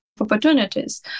opportunities